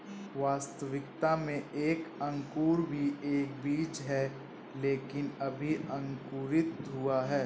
वास्तविकता में एक अंकुर भी एक बीज है लेकिन अभी अंकुरित हुआ है